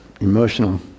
emotional